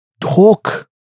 Talk